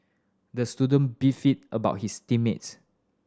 the student beefed about his team mates